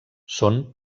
són